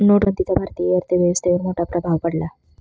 नोटबंदीचा भारतीय अर्थव्यवस्थेवर मोठा प्रभाव पडला